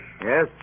Yes